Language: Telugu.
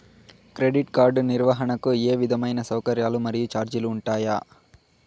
క్రెడిట్ కార్డు నిర్వహణకు ఏ విధమైన సౌకర్యాలు మరియు చార్జీలు ఉంటాయా?